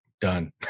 done